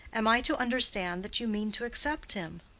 am i to understand that you mean to accept him?